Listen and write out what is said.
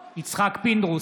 בעד יצחק פינדרוס,